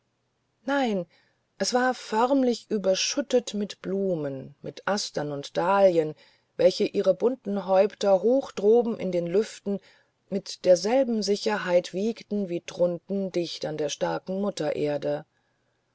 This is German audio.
nein es war förmlich überschüttet mit blumen mit astern und dahlien welche ihre bunten häupter hoch droben in den lüften mit derselben sicherheit wiegten wie drunten dicht an der starken muttererde